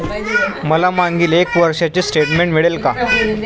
मला मागील एक वर्षाचे स्टेटमेंट मिळेल का?